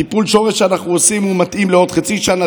טיפול השורש שאנחנו עושים מתאים לעוד חצי שנה,